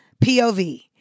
POV